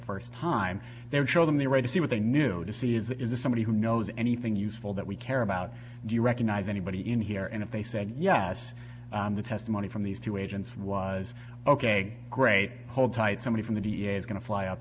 first time they would show them the right to see what they knew to see is that is this somebody who knows anything useful that we care about do you recognize anybody in here and if they said yes the testimony from these two agents was ok great hold tight somebody from the v a is going to fly up